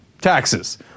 taxes